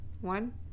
one